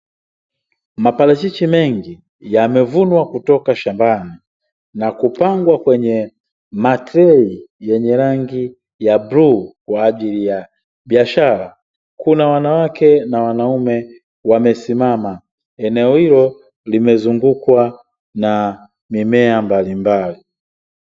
Maparachichi mengi, yamevunwa kutoka shambani na kupangwa kwenye matrei yenye rangi ya bluu kwa ajili ya biashara. Kuna wanawake na wanaume wamesimama. Eneo hilo limezungukwa na mimea mbalimbali.